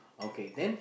okay then